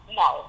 no